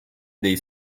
dei